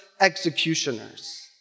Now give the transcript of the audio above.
executioners